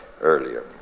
earlier